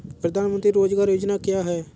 प्रधानमंत्री रोज़गार योजना क्या है?